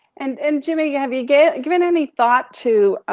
and, and jimmy, yeah have you given any thought to